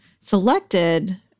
selected